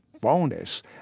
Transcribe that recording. bonus